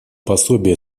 пособия